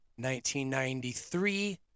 1993